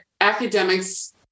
academics